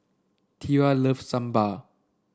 Tera loves Sambar